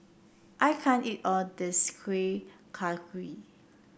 I can't eat all this Kuih Kaswi